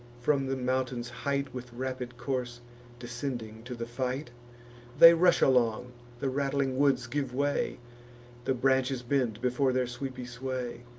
from the mountain's height with rapid course descending to the fight they rush along the rattling woods give way the branches bend before their sweepy sway.